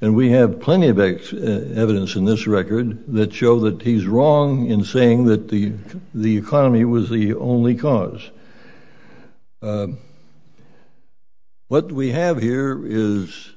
and we have plenty of evidence in this record that show that he's wrong in saying that the the economy was the only cause what we have here is